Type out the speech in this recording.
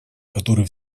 который